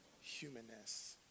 humanness